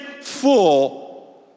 full